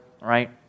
Right